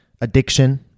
addiction